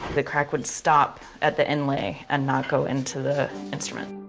the crack would stop at the inlay and not go into the instrument.